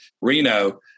Reno